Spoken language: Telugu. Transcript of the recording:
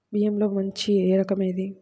బియ్యంలో మంచి రకం ఏది?